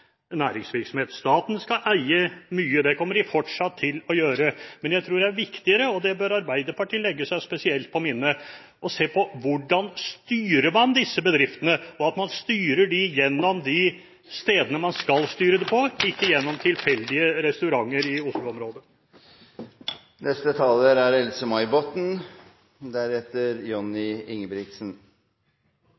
skal eie mye. Det kommer den fortsatt til å gjøre. Men jeg tror det er viktigere – og det bør Arbeiderpartiet legge seg spesielt på minne – å se på hvordan man styrer disse bedriftene – at man styrer dem gjennom de stedene man skal styre dem, og ikke gjennom tilfeldige restauranter i Oslo-området. Det er